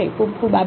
ખુબ ખુબ આભાર